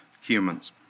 humans